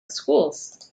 schools